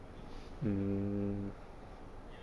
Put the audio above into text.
mm